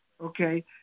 Okay